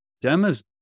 Demis